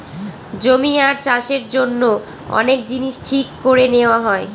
জমি আর চাষের জন্য অনেক জিনিস ঠিক করে নেওয়া হয়